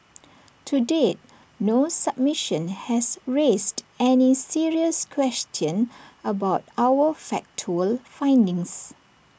to date no submission has raised any serious question about our factual findings